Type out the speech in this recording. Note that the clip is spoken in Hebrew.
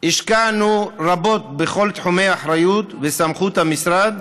השקענו רבות בכל תחומי אחריות וסמכות המשרד,